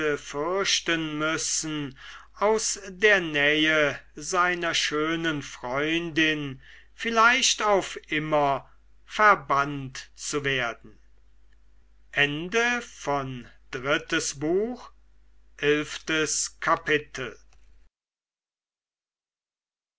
fürchten müssen aus der nähe seiner schönen freundin vielleicht auf immer verbannt zu werden